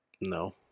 No